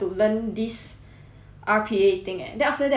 R_P_A thing eh then after that we are just sent to the work liao eh